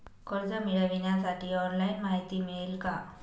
कर्ज मिळविण्यासाठी ऑनलाइन माहिती मिळेल का?